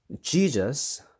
Jesus